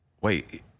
wait